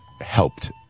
helped